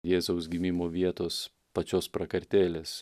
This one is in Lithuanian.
jėzaus gimimo vietos pačios prakartėlės